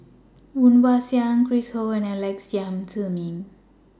Woon Wah Siang Chris Ho and Alex Yam Ziming